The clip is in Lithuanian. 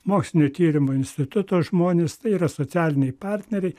mokslinio tyrimo instituto žmonės tai yra socialiniai partneriai